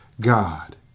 God